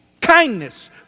Kindness